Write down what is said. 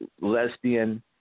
lesbian